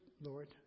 Lord